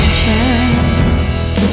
chance